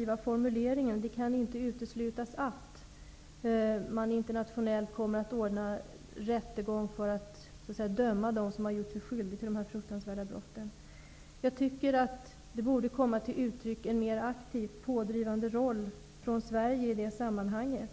i svaret: Det kan inte uteslutas att man internationellt kommer att ordna rättegångar för att döma dem som har gjort sig skyldiga till de här fruktansvärda brotten. Den passiva formulering som används -- ''det kan inte uteslutas'' -- förvånar mig. Jag tycker att Sverige borde inta en mer aktiv, pådrivande roll i det sammanhanget.